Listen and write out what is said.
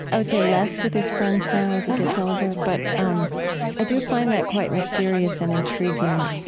i would say less with his friends now as he gets older, but um i do find that quite mysterious and intriguing.